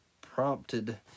prompted